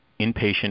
inpatient